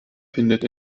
findet